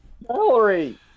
Valerie